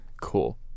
cool